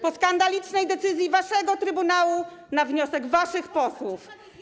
Po skandalicznej decyzji waszego trybunału, na wniosek waszych posłów.